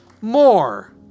more